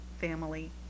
family